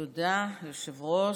תודה, היושב-ראש.